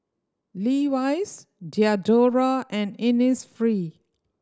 Levi's Diadora and Innisfree